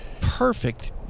perfect